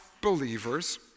believers